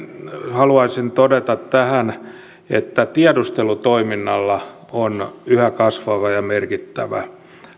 haluaisin todeta tähän että tiedustelutoiminnalla on yhä kasvava ja merkittävä